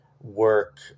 work